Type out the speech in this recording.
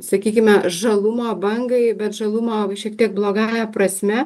sakykime žalumo bangai bet žalumo šiek tiek blogąja prasme